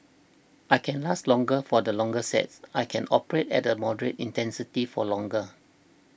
I can last longer for the longer sets I can operate at a moderate intensity for longer